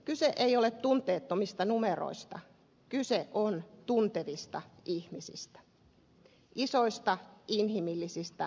kyse ei ole tunteettomista numeroista kyse on tuntevista ihmistä isoista inhimillisistä tragedioista